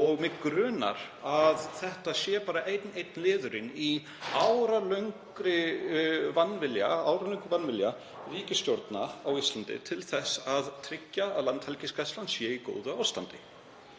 og mig grunar að þetta sé bara einn liðurinn í áralöngum vanvilja ríkisstjórna á Íslandi til þess að tryggja að Landhelgisgæslan sé í góðu ástandi.